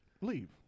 leave